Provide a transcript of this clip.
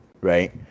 right